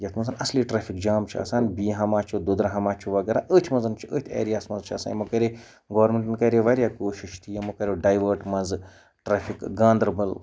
یَتھ منٛز اصلی ٹرٛیفِک جام چھُ آسان بیٖہامہ چھُ دُدَرہامہ چھُ وغیرہ أتھۍ منٛز چھُ أتھۍ ایریاہَس منٛز چھِ آسان یِمو کَریٚیہِ گورمٮ۪نٛٹَن کَریٚیہِ واریاہ کوٗشِش تہِ یِمو کَریو ڈایوٲٹ منٛزٕ ٹرٛیفِک گاندَربَل